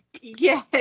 Yes